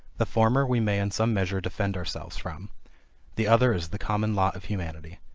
the former we may in some measure defend ourselves from the other is the common lot of humanity.